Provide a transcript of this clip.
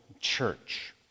church